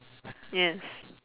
yes